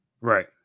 Right